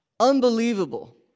Unbelievable